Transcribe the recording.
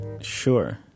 Sure